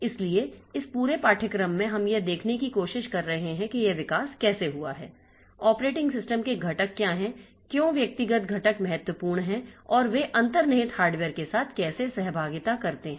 इसलिए इस पूरे पाठ्यक्रम में हम यह देखने की कोशिश कर रहे हैं कि यह विकास कैसे हुआ है ऑपरेटिंग सिस्टम के घटक क्या हैं क्यों व्यक्तिगत घटक महत्वपूर्ण हैं और वे अंतर्निहित हार्डवेयर के साथ कैसे सहभागिता करते हैं